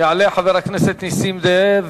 יעלה חבר הכנסת נסים זאב,